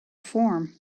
form